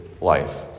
life